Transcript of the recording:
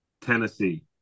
Tennessee